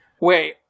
Wait